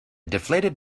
deflated